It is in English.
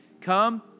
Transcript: come